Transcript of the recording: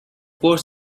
course